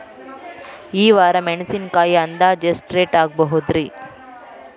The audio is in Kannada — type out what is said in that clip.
ಈ ವಾರ ಮೆಣಸಿನಕಾಯಿ ಅಂದಾಜ್ ಎಷ್ಟ ರೇಟ್ ಆಗಬಹುದ್ರೇ?